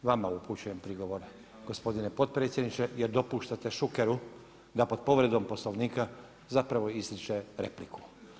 Vama upućujem prigovor gospodine potpredsjedniče jer dopuštate Šukeru da pod povredom Poslovnika zapravo izriče repliku.